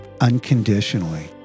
unconditionally